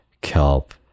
kelp